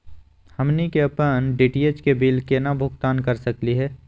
हमनी के अपन डी.टी.एच के बिल केना भुगतान कर सकली हे?